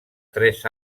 tres